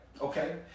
Okay